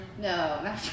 No